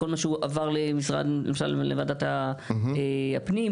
לכל מה שהועבר למשל לוועדת הפנים,